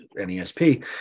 NESP